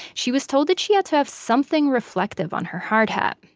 she was told that she had to have something reflective on her hard hat.